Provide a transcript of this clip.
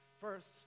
First